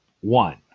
one